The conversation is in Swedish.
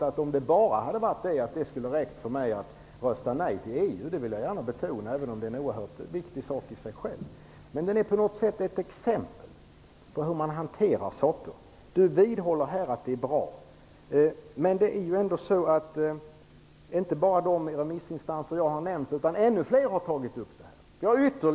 Men om det bara hade gällt den frågan kanske det inte skulle ha räckt för att jag skulle rösta nej till EU. Det vill jag gärna betona. Frågan är dock i sig mycket viktig. Den är ett exempel på hur man hanterar olika saker. Karl Erik Olsson vidhåller här att det är bra. Det finns dock fler remissinstanser än de jag har nämnt som har tagit upp den här frågan.